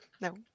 No